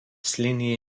slėnyje